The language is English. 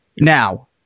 Now